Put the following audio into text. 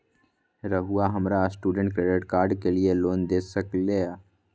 रहुआ हमरा student credit card के लिए लोन दे सके ला?